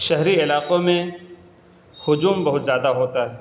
شہری علاقوں میں ہجوم بہت زیادہ ہوتا ہے